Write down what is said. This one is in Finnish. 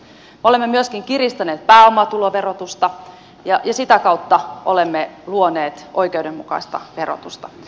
me olemme myöskin kiristäneet pääomatuloverotusta ja sitä kautta olemme luoneet oikeudenmukaista verotusta